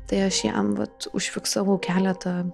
tai aš jam vat užfiksavau keletą